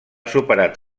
superat